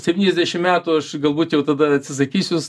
septyniasdešim metų aš galbūt jau tada atsisakysiu